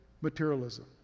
materialism